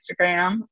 Instagram